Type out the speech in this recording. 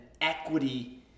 equity